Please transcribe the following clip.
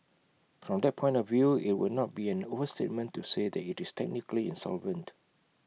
from that point of view IT would not be an overstatement to say that is technically insolvent